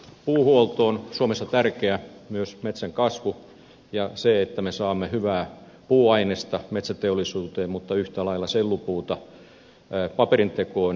puuhuolto on suomessa tärkeä myös metsän kasvu ja se että me saamme hyvää puuainesta metsäteollisuuteen mutta yhtä lailla sellupuuta paperintekoon